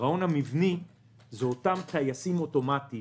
הגירעון המבני זה אותם טייסים אוטומטיים